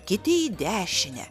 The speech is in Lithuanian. kiti į dešinę